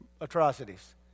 atrocities